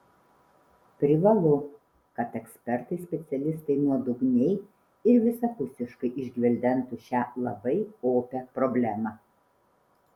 privalu kad ekspertai specialistai nuodugniai ir visapusiškai išgvildentų šią labai opią problemą